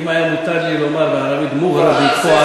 אם היה מותר לי לומר בערבית מוגרבית פה,